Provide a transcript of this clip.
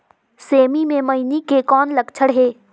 सेमी मे मईनी के कौन लक्षण हे?